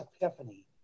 epiphany